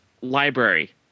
library